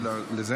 איפה הוא?